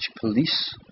police